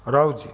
ରହୁଛି